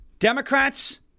Democrats